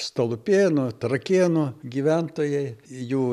stalupėnų trakėnų gyventojai jų